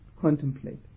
Contemplate